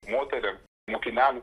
moterim mokiniam